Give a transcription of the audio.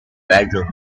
bedroom